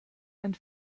and